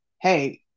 hey